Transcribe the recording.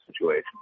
situation